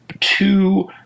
two